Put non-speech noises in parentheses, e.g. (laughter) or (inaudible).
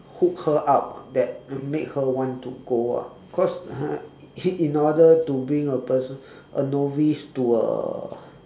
hook her up ah that make her want to go ah cause (laughs) in order to bring a person a novice to a